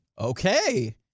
Okay